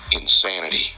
insanity